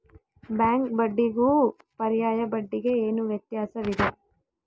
Bank ಬಡ್ಡಿಗೂ ಪರ್ಯಾಯ ಬಡ್ಡಿಗೆ ಏನು ವ್ಯತ್ಯಾಸವಿದೆ?